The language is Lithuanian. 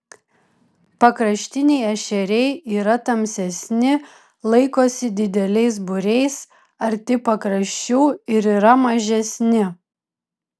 pakraštiniai ešeriai yra tamsesni laikosi dideliais būriais arti pakraščių ir yra mažesni